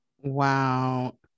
Wow